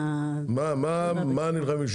במה הם נלחמים,